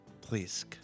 Please